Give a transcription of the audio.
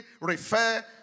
refer